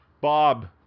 Bob